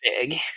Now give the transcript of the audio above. big